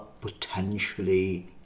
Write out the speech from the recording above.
potentially